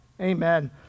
Amen